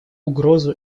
угрозу